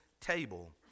table